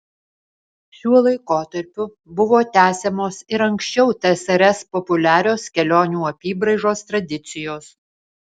šiuo laikotarpiu buvo tęsiamos ir anksčiau tsrs populiarios kelionių apybraižos tradicijos